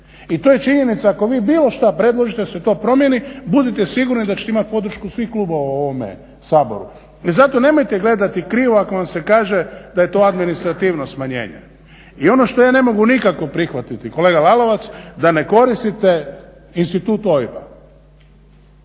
i to je činjenica ako vi bilo šta predložite da se to promijenite budite sigurni da ćete imat podršku svih klubova u ovome Saboru. I zato nemojte gledati krivo ako vam se kaže da je to administrativno smanjenje. I ono što ja ne mogu nikako prihvatiti kolega Lalovac, da ne koristite institut OIB-a,